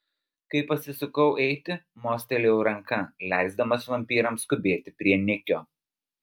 kai pasisukau eiti mostelėjau ranka leisdamas vampyrams skubėti prie nikio